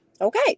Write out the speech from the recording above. Okay